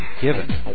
given